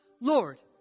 Lord